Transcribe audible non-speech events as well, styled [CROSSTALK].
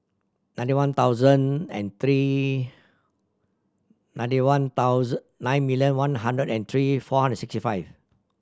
ninety one thousand and three ninety one [UNINTELLIGIBLE] nine million one hundred and three four hundred sixty five